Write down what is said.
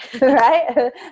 right